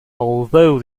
although